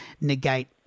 negate